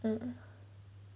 mm